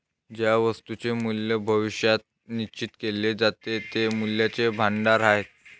ज्या वस्तूंचे मूल्य भविष्यात निश्चित केले जाते ते मूल्याचे भांडार आहेत